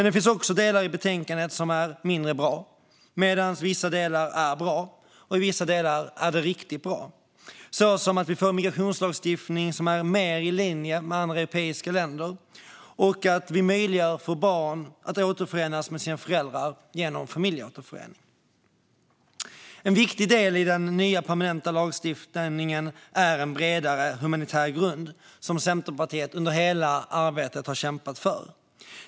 Det finns delar i betänkandet som är mindre bra, medan det finns delar som är bra och vissa som är riktigt bra, såsom att vi får en migrationslagstiftning som är mer i linje med andra europeiska länders och att vi möjliggör för barn att återförenas med sina föräldrar genom familjeåterförening. En viktig del i den nya permanenta lagstiftningen är en bredare humanitär grund, som Centerpartiet under hela arbetet har kämpat för.